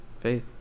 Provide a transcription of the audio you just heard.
faith